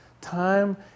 Time